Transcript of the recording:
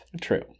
True